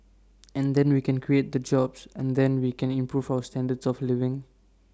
and then we can create the jobs and then we can improve our standards of living